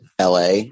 LA